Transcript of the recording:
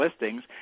listings